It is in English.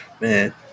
Man